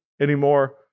anymore